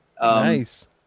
Nice